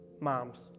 moms